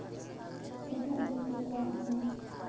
ᱮᱴᱟᱜ ᱡᱟᱹᱛᱤ ᱠᱚᱣᱟᱜ ᱦᱚᱸ